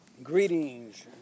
Greetings